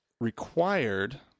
required